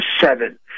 Seven